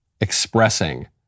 expressing